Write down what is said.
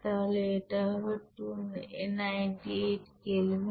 তাহলে এটা হবে 298 কেলভিন